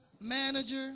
manager